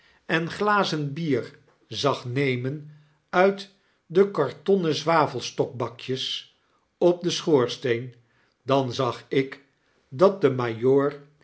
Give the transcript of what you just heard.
en glazen bier zag nemen uit de kartonnen zwavelstokkenbakjes op den schoorsteen dan zag ik dat de